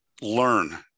learn